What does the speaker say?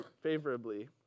favorably